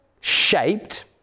shaped